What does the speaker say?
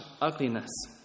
ugliness